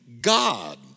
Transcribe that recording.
God